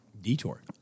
Detour